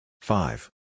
Five